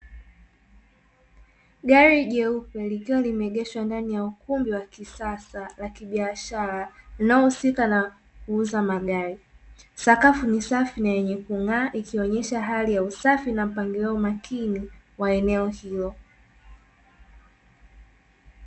Gari jeupe likiwa limeegeshwa ndani ya ukumbi wa kisasa la kibiashara linaohusika na kuuza magari, sakafu ni safi na yenye kung'aa ikionyesha hali ya usafi na mpangilio makini wa eneo hilo.